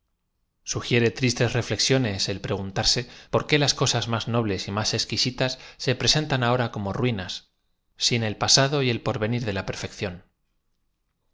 tris es reflexiones el preguntarse por qué las cosas máa nobles y más exquiaitaa se prosentaq ahora como rainaa ain el pasado y el poryenir de la perfección